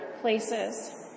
places